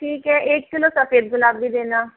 ठीक है एक किलो सफेद गुलाब भी देना